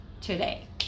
today